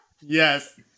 Yes